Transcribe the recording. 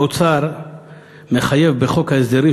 האוצר מחייב בחוק ההסדרים,